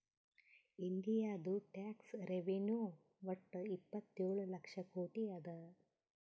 ಇಂಡಿಯಾದು tax revenue ವಟ್ಟ ಇಪ್ಪತ್ತೇಳು ಲಕ್ಷ ಕೋಟಿ ಅದಾ